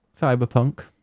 cyberpunk